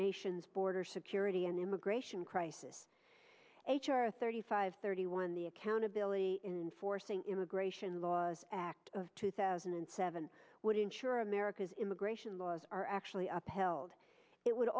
nation's border security and immigration crisis h r thirty five thirty one the accountability in forcing immigration laws act of two thousand and seven would ensure america's immigration laws are actually upheld it would